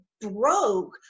broke